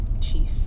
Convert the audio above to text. chief